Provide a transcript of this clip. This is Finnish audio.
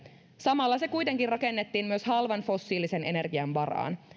samalla se kuitenkin rakennettiin myös halvan fossiilisen energian varaan